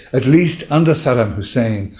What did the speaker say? at least under saddam hussein,